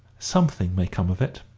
something may come of it.